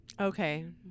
Okay